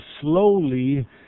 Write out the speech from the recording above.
slowly